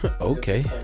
Okay